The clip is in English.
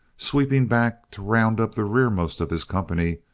sweeping back to round up the rearmost of his company,